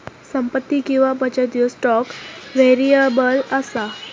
संपत्ती किंवा बचत ह्यो स्टॉक व्हेरिएबल असा